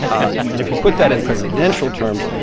um and if you put that in presidential terms,